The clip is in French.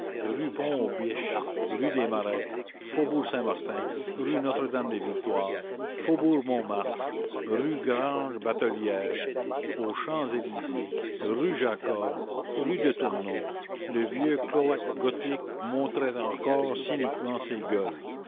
rue pont aux biches rue des marais faubourg saint-martin rue notre-dame-des-victoires faubourg montmartre rue grange batelière aux champs-élysées rue jacob rue de tournon le vieux cloaque gothique montrait encore cyniquement ses